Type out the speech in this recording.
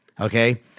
okay